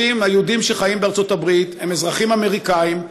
היהודים שחיים בארצות הברית הם אזרחים אמריקנים,